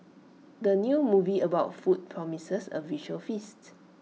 the new movie about food promises A visual feast